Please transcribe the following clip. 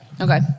Okay